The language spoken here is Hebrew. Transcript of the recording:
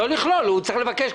לא לכלול, הוא צריך לבקש.